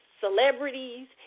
celebrities